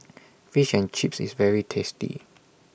Fish and Chips IS very tasty